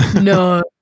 No